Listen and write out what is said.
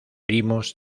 primos